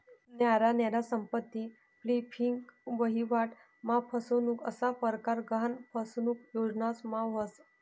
न्यारा न्यारा संपत्ती फ्लिपिंग, वहिवाट मा फसनुक असा परकार गहान फसनुक योजनास मा व्हस